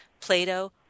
Plato